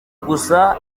gusa